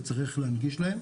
וצריך להנגיש להם.